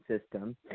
system